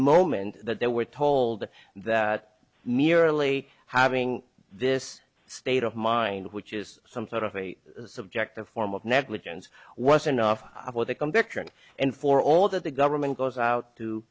moment that they were told that merely having this state of mind which is some sort of a subjective form of negligence was enough for the conviction and for all that the government goes out to